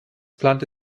plante